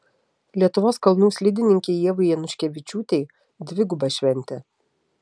lietuvos kalnų slidininkei ievai januškevičiūtei dviguba šventė